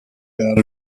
god